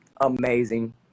amazing